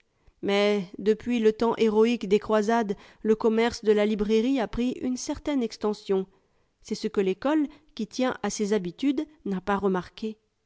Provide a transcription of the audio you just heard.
mais depuis le temps héroïque des croisades le commerce de la librairie a pris une certaine extension c'est ce que l'ecole jui tient à ses habitudes n'a pas